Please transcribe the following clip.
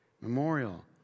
Memorial